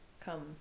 come